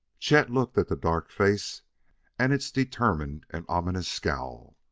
chet looked at the dark face and its determined and ominous scowl.